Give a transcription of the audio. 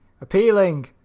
Appealing